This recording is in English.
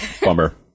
Bummer